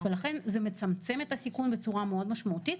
לכן זה מצמצם את הסיכון בצורה מאוד משמעותית,